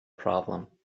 problem